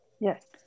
Yes